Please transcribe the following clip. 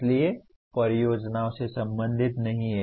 इसलिए परियोजनाओं से संबंधित नहीं हैं